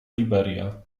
liberia